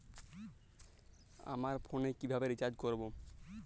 আমার ফোনে কিভাবে রিচার্জ করবো?